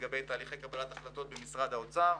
לתהליכי קבלת החלטת במשרד האוצר: